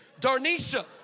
Darnisha